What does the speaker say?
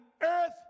earth